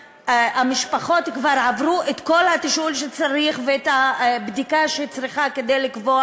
והמשפחות כבר עברו את כל התשאול שצריך ואת הבדיקה שצריכה לקבוע